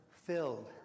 Filled